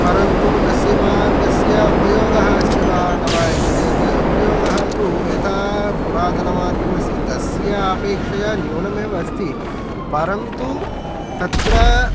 परन्तु तस्य मार्गस्य उपयोगः अस्ति वा न वा इति चेत् उपयोगः तु यथा पुरातनमार्गमसीत् तस्यापेक्षया न्यूनमेव अस्ति परन्तु तत्र